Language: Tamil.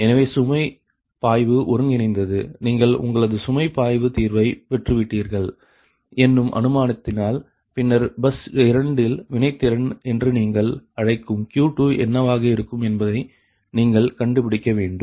எனவே சுமை பாய்வு ஒருங்கிணைந்தது நீங்கள் உங்களது சுமை பாய்வு தீர்வை பெற்றுவிட்டீர்கள் என்னும் அனுமானித்தால் பின்னர் பஸ் 2 இல் வினைத்திறன் என்று நீங்கள் அழைக்கும் Q2 என்னவாக இருக்கும் என்பதை நீங்கள் கண்டுபிடிக்க வேண்டும்